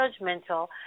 judgmental